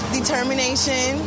determination